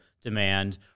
demand